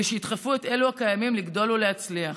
ושידחפו את אלה הקיימים לגדול ולהצליח.